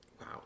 Wow